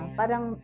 parang